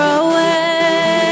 away